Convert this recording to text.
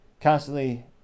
constantly